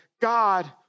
God